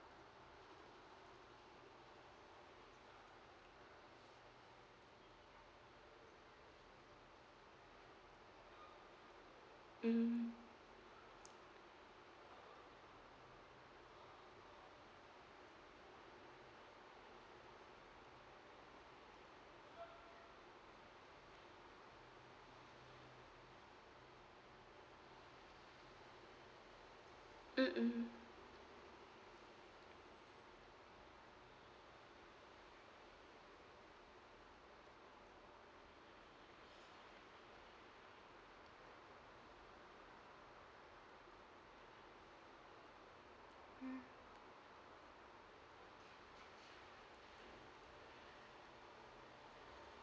mm mmhmm mm